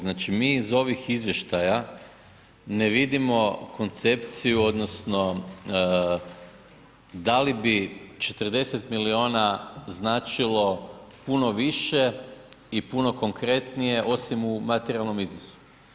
Znači mi iz ovih izvještaja ne vidimo koncepciju odnosno da li bi 40 miliona značilo puno više i puno konkretnije osim u materijalnom iznosu.